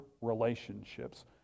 relationships